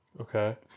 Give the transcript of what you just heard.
Okay